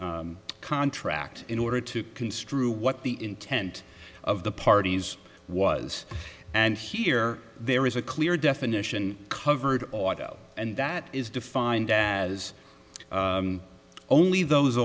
any contract in order to construe what the intent of the parties was and here there is a clear definition covered auto and that is defined as only those